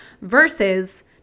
versus